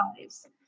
lives